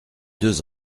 deux